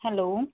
hello